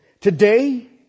today